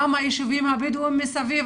גם היישובים הבדואים מסביב.